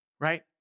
right